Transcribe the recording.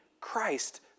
Christ